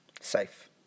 Safe